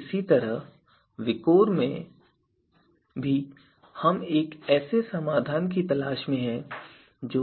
इसी तरह विकोर में भी हम एक ऐसे समाधान की तलाश में हैं जो